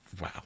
Wow